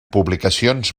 publicacions